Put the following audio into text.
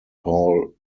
hall